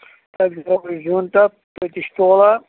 تتہِ بۅکٕچ زیُن تتھی چھِ تولان